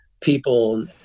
people